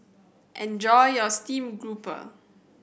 enjoy your stream grouper